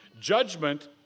Judgment